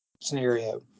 scenario